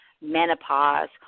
menopause